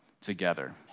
together